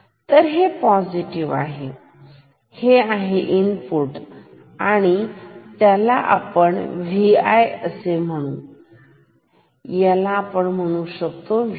तर हे पॉझिटिव्ह आणि हे आहे हे इनपुट आहे त्यांना आपण Vi असे म्हणू या आणि याला म्हणू VP